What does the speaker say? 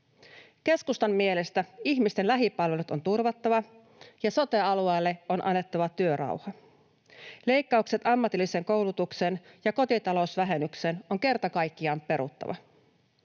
Keskustan mielestä ihmisten lähipalvelut on turvattava ja sote-alueille on annettava työrauha. Leikkaukset ammatilliseen koulutukseen ja kotitalousvähennykseen on kerta kaikkiaan peruttava.